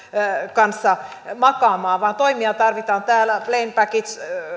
kanssa makaamaan vaan toimia tarvitaan täällä plain